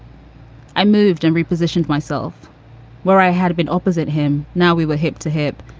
i moved and repositioned myself where i had been opposite him. now we were hip to hip.